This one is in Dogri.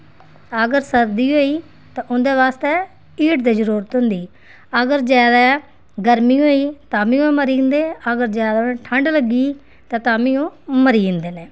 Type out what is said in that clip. अगर सर्दी होई ते उं'दे बास्तै हीट दी जरूरत होंदी अगर ज्यादा गर्मी होई ताम्मी ओह् मरी जंदे अगर ज्यादा ठंड लग्गी गेई ते ताम्मी ओह् मरी जंदे न